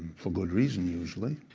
for good reason, usually.